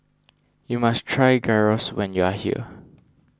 you must try Gyros when you are here